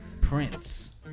Prince